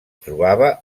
trobava